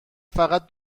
فقط